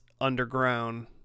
underground